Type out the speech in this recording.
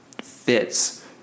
fits